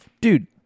Dude